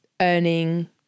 earning